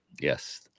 yes